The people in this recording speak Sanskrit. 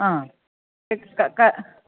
आ एतत् कः कः